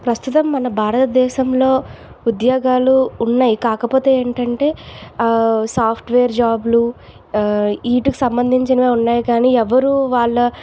ప్రస్తుతం మన భారతదేశంలో ఉద్యోగాలు ఉన్నాయి కాకపోతే ఏమిటంటే సాఫ్ట్వేర్ జాబులు వీటికి సంబంధించినవే ఉన్నాయి కానీ ఎవరూ వాళ్ళ